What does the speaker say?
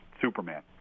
Superman